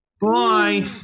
Bye